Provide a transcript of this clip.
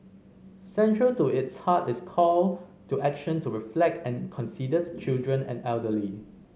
central to its heart is call to action to reflect and consider the children and elderly